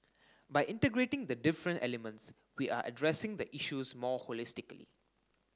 by integrating the different elements we are addressing the issues more holistically